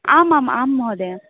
आमाम् आं महोदय